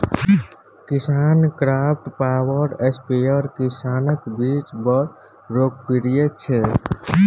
KisanKraft power sprayer किसानक बीच बड़ लोकप्रिय छै